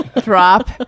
drop